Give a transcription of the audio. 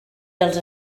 dels